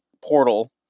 Portal